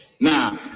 Now